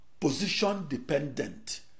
position-dependent